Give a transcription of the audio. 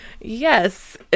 Yes